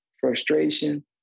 frustration